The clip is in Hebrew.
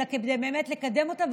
אלא באמת כדי לקדם אותה,